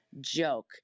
joke